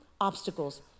obstacles